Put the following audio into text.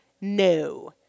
No